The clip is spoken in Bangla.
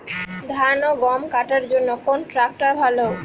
ধান ও গম কাটার জন্য কোন ট্র্যাক্টর ভালো?